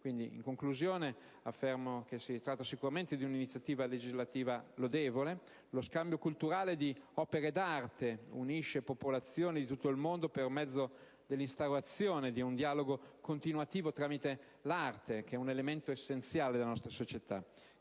esposizioni. Concludo affermando che si tratta di un'iniziativa legislativa lodevole. Lo scambio culturale di opere d'arte unisce popolazioni di tutto il mondo per mezzo dell'instaurazione di un dialogo continuativo tramite l'arte, elemento essenziale della nostra società,